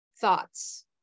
Thoughts